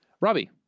Robbie